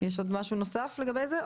יש עוד משהו נוסף לגבי זה?